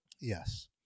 Yes